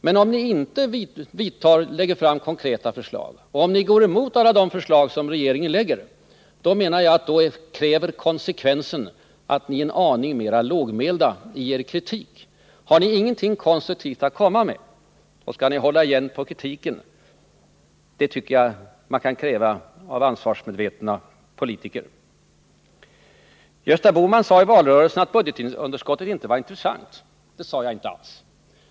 Men om ni inte lägger fram konkreta förslag och om ni går emot alla regeringens förslag, då kräver konsekvensen att ni är aning lågmälda i er kritik. Har ni ingenting konstruktivt att komma med, då skall ni hålla igen på kritiken. Det tycker jag att man kan kräva av ansvarsmedvetna politiker. Gösta Bohman sade i valrörelsen att budgetunderskottet inte var intressant, påstår Kjell-Olof Feldt. Det sade jag inte alls.